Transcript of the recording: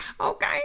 Okay